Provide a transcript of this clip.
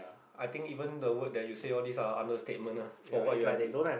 I think even the word that you say all these are understatement ah for what you have been